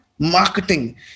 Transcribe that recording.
marketing